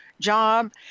job